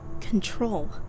Control